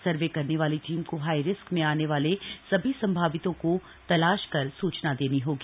सर्वे करने वाली टीम को हाई रिस्क में आने वाले सभी सम्भावितों को तलाश कर सूचना देनी होगी